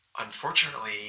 unfortunately